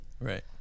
Right